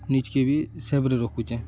ନିଜ୍କେ ବି ସେଫ୍ରେ ରଖୁଚେଁ